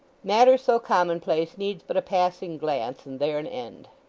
matter so commonplace needs but a passing glance, and there an end.